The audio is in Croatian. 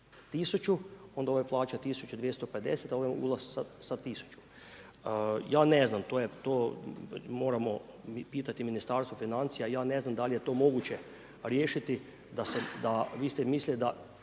onda ovaj plaća 1250 a ovaj ulazi sa 1000. Ja ne znam, to moramo pitati Ministarstvo financija i ja ne znam da li je to moguće riješiti da, vi ste mislili da